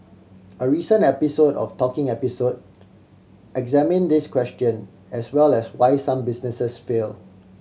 a recent episode of Talking Episode examine this question as well as why some businesses fail